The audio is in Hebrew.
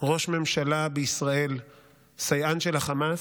ראש ממשלה בישראל "סייען של החמאס",